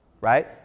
right